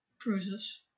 cruises